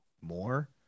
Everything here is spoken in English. more